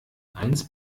eins